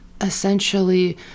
essentially